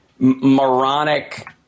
moronic